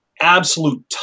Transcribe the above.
absolute